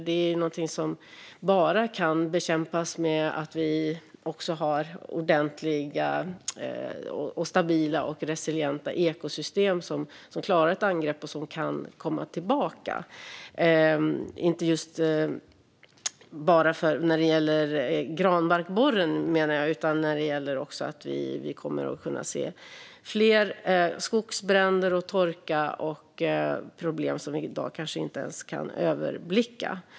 Det är något som bara kan bekämpas med ordentliga, stabila och resilienta ekosystem som klarar ett angrepp och kan komma tillbaka. Det handlar inte bara om granbarkborren, menar jag, utan vi kommer också att kunna se fler skogsbränder, torka och problem som vi i dag kanske inte ens kan överblicka.